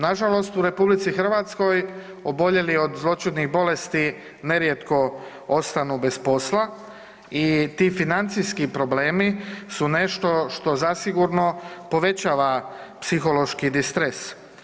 Na žalost u RH oboljeli od zloćudnih bolesti nerijetko ostanu bez posla i ti financijski problemi su nešto što zasigurno povećava psihološki distres.